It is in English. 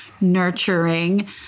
nurturing